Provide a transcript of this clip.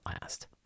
last